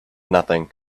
nothing